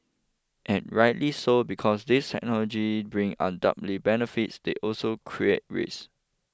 and rightly so because these technology bring undoubted benefits they also create risk